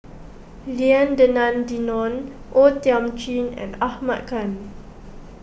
Lim Denan Denon O Thiam Chin and Ahmad Khan